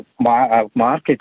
market